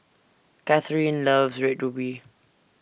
Kathyrn loves Red Ruby